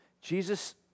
Jesus